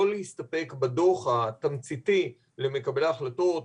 לא להסתפק בדו"ח התמציתי למקבלי ההחלטות,